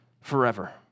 forever